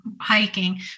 hiking